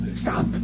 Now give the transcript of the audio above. Stop